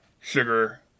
sugar